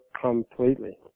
completely